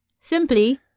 simply